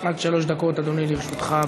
עד שלוש דקות, אדוני, לרשותך.